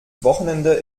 wochenende